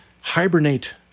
Hibernate